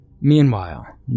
Meanwhile